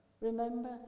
Remember